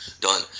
done